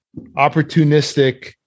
opportunistic